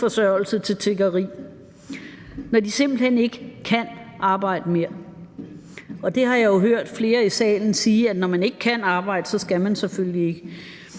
når de simpelt hen ikke kan arbejde mere. Og jeg har jo hørt flere i salen sige, at når man ikke kan arbejde, skal man selvfølgelig ikke.